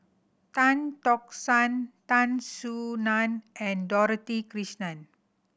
Tan Tock San Tan Soo Nan and Dorothy Krishnan